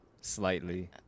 slightly